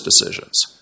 decisions